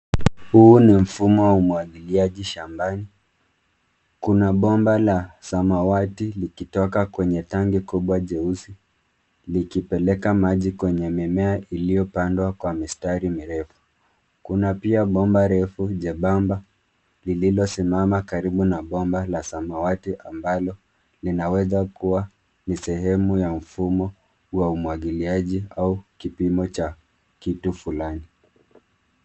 Huu ni mfumo wa umwagiliaji shambani. Kuna bomba la samawati likitoka kwenye tangi kubwa jeusi likipeleka maji kwenye mimea iliyopandwa kwa mistari mirefu. Kuna pia bomba refu jembamba lililosimama karibu na bomba la samawati ambalo linaweza kuwa ni sehemu ya mfumo wa umwagiliaji au kipimo cha kitu fulani.